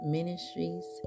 Ministries